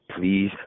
Please